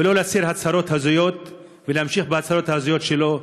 ולא להצהיר הצהרות הזויות ולהמשיך בהצהרות ההזויות שלו,